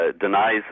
denies